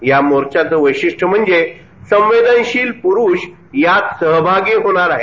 यामोर्चाचे वैशिष्ट्य म्हणजे संवेदनशील पुरुष यात सहभागी होणार आहेत